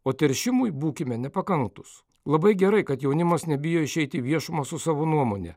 o teršimui būkime nepakantūs labai gerai kad jaunimas nebijo išeiti į viešumą su savo nuomone